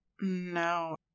No